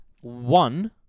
One